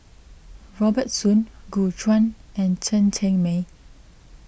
Robert Soon Gu Juan and Chen Cheng Mei